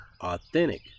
authentic